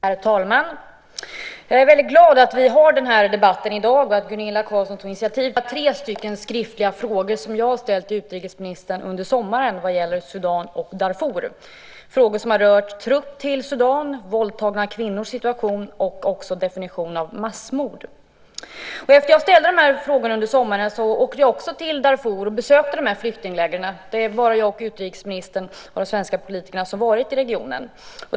Herr talman! Jag är väldigt glad över att vi har den här debatten i dag och att Gunilla Carlsson tog initiativ till den. Debatten tangerar tre skriftliga frågor som jag har ställt till utrikesministern under sommaren om Sudan och Darfur. Dessa frågor har berört trupp till Sudan, våldtagna kvinnors situation och också definitionen av massmord. Efter att ha ställt dessa frågor under sommaren åkte också jag till Darfur och besökte flyktinglägren där. Det är bara jag och utrikesministern av de svenska politikerna som har varit i regionen.